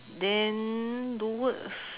then towards